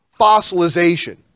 fossilization